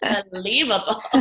Unbelievable